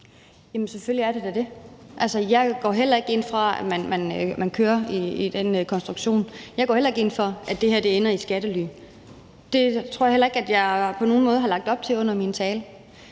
Selvfølgelig er det da det. Jeg går heller ikke ind for, at man kører i den konstruktion. Jeg går heller ikke ind for, at det her ender i skattely. Det tror jeg heller ikke jeg på nogen måde har lagt op til under min tale.